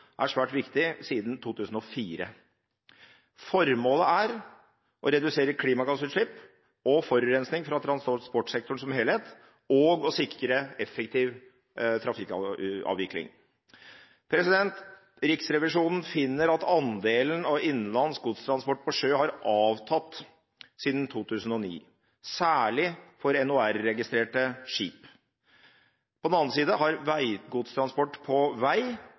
er svært viktig. Formålet er å redusere klimagassutslipp og forurensning fra transportsektoren som helhet og å sikre effektiv trafikkavvikling. Riksrevisjonen finner at andelen av innenlands godstransport på sjø har avtatt siden 2009 – særlig for NOR-registrerte skip. På den annen side har godstransport på vei